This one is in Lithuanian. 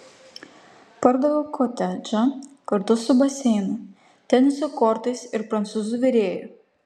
pardaviau kotedžą kartu su baseinu teniso kortais ir prancūzų virėju